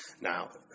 Now